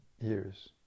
years